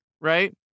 right